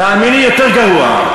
תאמין לי, יותר גרוע.